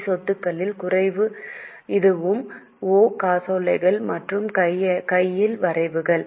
நிதி சொத்துக்களின் குறைவு இதுவும் ஓ காசோலைகள் மற்றும் கையில் வரைவுகள்